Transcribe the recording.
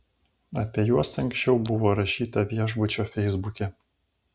apie juos anksčiau buvo rašyta viešbučio feisbuke